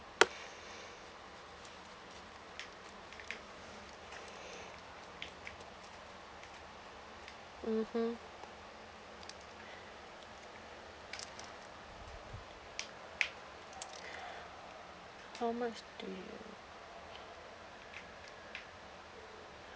mmhmm how much do you